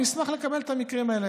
אני אשמח לקבל את המקרים האלה,